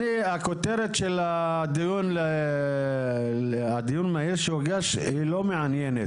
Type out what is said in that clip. הכותרת של הדיון המהיר שהוגש היא לא מעניינת.